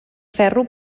ferro